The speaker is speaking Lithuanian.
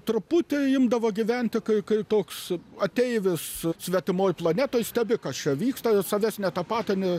truputį imdavo gyventi kai kai toks ateivis svetimoj planetoj stebi kas čia vyksta savęs netapatini